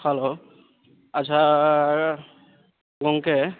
hello ᱟᱪᱪᱷᱟᱻ ᱜᱚᱢᱠᱮ